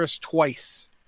twice